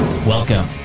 Welcome